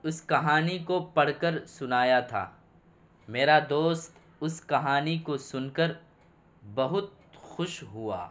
اس کہانی کو پڑھ کر سنایا تھا میرا دوست اس کہانی کو سن کر بہت خوش ہوا